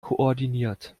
koordiniert